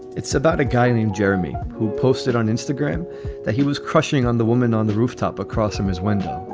it's about a guy named jeremy who posted on instagram that he was crushing on the woman on the rooftop across from his window